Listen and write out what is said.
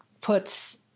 puts